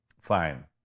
Fine